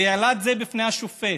והוא העלה את זה בפני השופט.